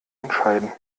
entscheiden